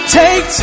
take